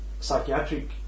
psychiatric